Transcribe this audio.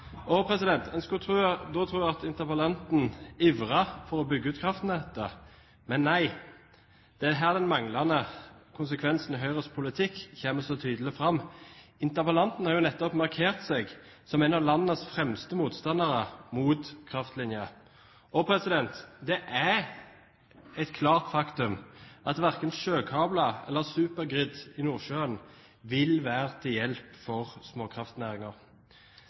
skulle da tro at interpellanten ivret etter å få bygd ut kraftnettet. Men nei, det er her den manglende konsekvensen i Høyres politikk kommer så tydelig fram. Interpellanten har jo nettopp markert seg som en av landets fremste motstandere av kraftlinjer. Det er et klart faktum at verken sjøkabler eller supergrid i Nordsjøen vil være til hjelp for